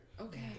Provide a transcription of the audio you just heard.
Okay